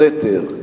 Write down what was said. בסתר,